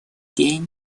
день